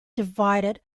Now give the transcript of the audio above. divided